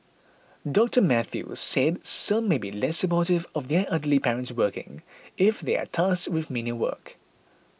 Doctor Mathew said some may be less supportive of their elderly parents working if they are tasked with menial work